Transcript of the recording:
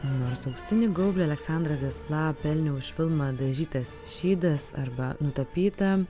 nors auksinį gaublį aleksandras des pla pelnė už filmą dažytas šydas arba nutapyta